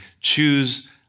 choose